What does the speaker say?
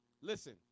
Listen